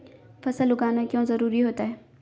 फसल उगाना क्यों जरूरी होता है?